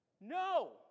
No